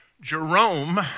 Jerome